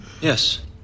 Yes